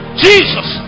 jesus